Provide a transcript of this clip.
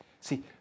See